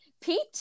Pete